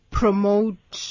promote